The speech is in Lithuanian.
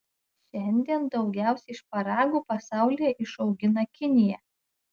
šiandien daugiausiai šparagų pasaulyje išaugina kinija